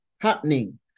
happening